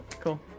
cool